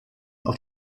auf